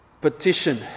petition